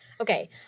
Okay